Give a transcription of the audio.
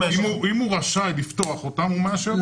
אם הוא רשאי לפתוח אותם, הוא מאשר אותם.